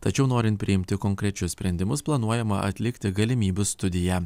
tačiau norint priimti konkrečius sprendimus planuojama atlikti galimybių studiją